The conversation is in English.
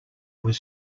was